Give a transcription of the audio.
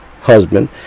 husband